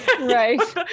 Right